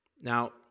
Now